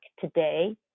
today